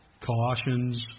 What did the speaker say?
Colossians